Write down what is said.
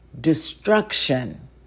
destruction